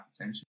attention